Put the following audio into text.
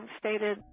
stated